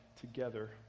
together